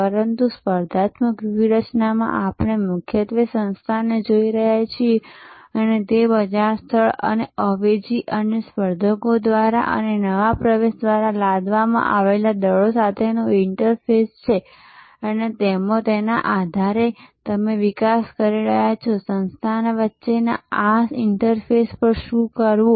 પરંતુ સ્પર્ધાત્મક વ્યૂહરચનામાં આપણે મુખ્યત્વે સંસ્થાને જોઈ રહ્યા છીએ અને તે બજાર સ્થળ અને અવેજી અને સ્પર્ધકો દ્વારા અને નવા પ્રવેશ દ્વારા લાદવામાં આવેલા દળો સાથેનું ઇન્ટરફેસ છે અને તેના આધારે તમે વિકાસ કરી રહ્યાં છો કે સંસ્થા વચ્ચેના આ ઇન્ટરફેસ પર શું કરવું